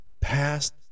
past